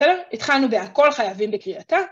‫בסדר? התחלנו בהכל חייבים בקריאתה